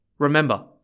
Remember